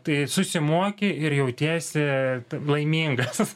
tai susimoki ir jautiesi laimingas